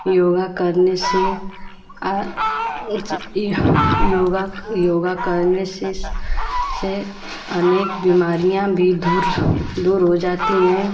योग करने से आ योग करने से से अनेक बीमारियाँ भी दूर दूर हो जाती हैं